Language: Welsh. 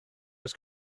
oes